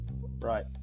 Right